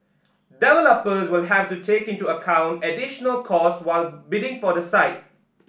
developers will have to take into account additional costs while bidding for the site